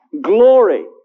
glory